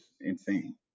insane